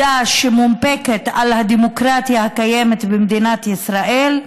שמונפקת על הדמוקרטיה הקיימת במדינת ישראל,